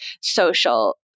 social